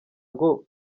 ngo